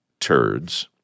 turds